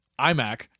iMac